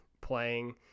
playing